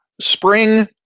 spring